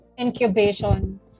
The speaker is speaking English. incubation